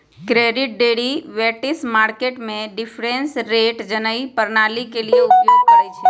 credit derivatives market में difference rate जइसन्न प्रणालीइये के उपयोग करइछिए